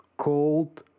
Cold